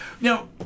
Now